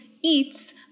eats